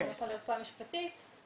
מהמכון לרפואה משפטית.